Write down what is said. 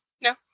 No